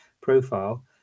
profile